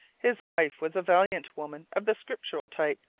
his wife was a valiant woman of the scriptural type,